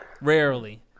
Rarely